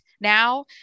now